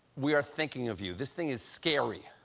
we're thinking of you. this thing is scary.